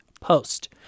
post